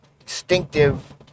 instinctive